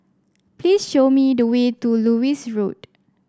please show me the way to Lewis Road